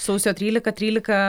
sausio trylika trylika